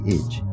Edge